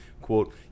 Quote